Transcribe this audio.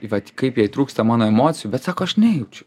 vat kaip jai trūksta mano emocijų bet sako aš nejaučiu